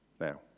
now